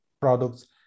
products